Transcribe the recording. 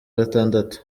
gatandatu